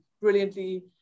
brilliantly